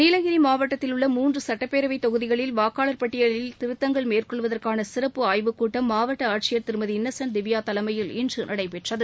நீலகிரி மாவட்டத்தில் உள்ள மூன்று சட்டப்பேரவை தொகுதிகளில் வாக்காளர் பட்டியலில் திருத்தங்கள் மேற்கொள்வதற்ன சிறப்பு ஆய்வுக் கூட்டம் மாவட்ட ஆட்சியர் திருமதி இன்னசென்ட் திவ்யா தலைமையில் இன்ற நடைபெற்றது